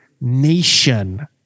nation